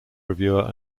reviewer